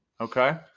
Okay